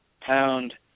pound